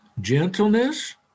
gentleness